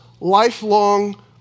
lifelong